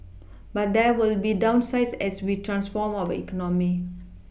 but there will be downsides as we transform our economy